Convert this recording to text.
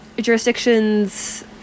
jurisdictions